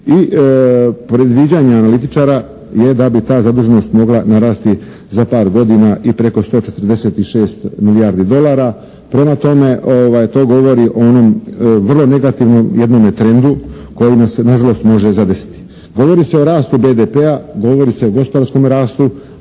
i predviđanja analitičara je da bi ta zaduženost mogla narasti za par godina i preko 146 milijardi dolara. Prema tome, to govori o onom vrlo negativnom jednome trendu koji nas nažalost može zadesiti. Govori se o rastu BDP-a, govori se o gospodarskom rastu